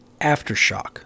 aftershock